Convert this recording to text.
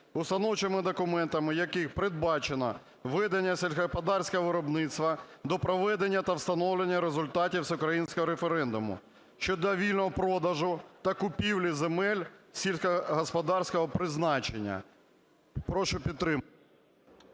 установчими документами яких передбачено ведення сільськогосподарського виробництва, до проведення та встановлення результатів всеукраїнського референдуму щодо вільного продажу та купівлі земель сільськогосподарського призначення". Прошу підтримати.